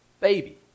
baby